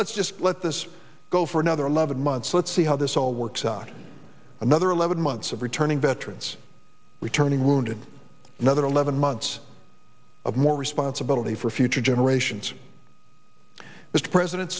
let's just let this go for another eleven months let's see how this all works out another eleven months of returning veterans returning wounded another eleven months of more responsibility for future generations mr president